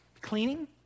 cleaning